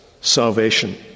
salvation